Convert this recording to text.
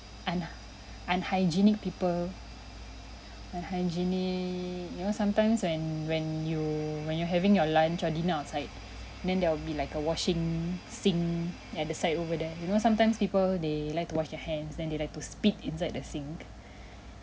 un~ unhygienic people unhygienic you know sometimes when when you when you're having your lunch or dinner outside then there will be like a washing sink at the side over there you know sometimes people they like to wash their hands then they like to spit inside the sink